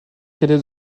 cadet